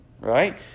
right